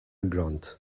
grunt